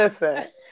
listen